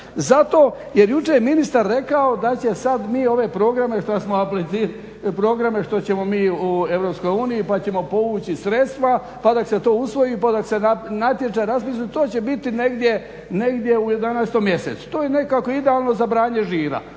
Zato jer jučer je ministar rekao da će sad mi ove programe što ćemo mi u EU pa ćemo povući sredstva, pa dok se to usvoji, pa dok se natječaj raspiše to će biti negdje u 11. mjesecu. To je nekako i idealno za branje žira